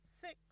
six